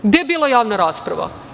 Gde je bila javna rasprava?